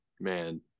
man